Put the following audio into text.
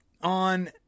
on